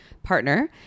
Partner